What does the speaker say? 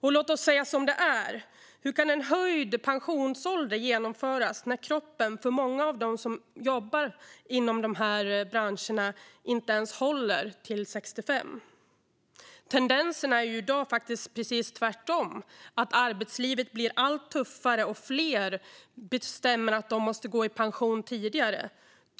Och låt oss säga som det är: Hur kan en höjd pensionsålder genomföras när kroppen för många av dem som jobbar inom dessa branscher inte ens håller till 65? Tendensen är i dag precis tvärtom: Arbetslivet blir allt tuffare, och fler bestämmer att de måste gå i pension tidigare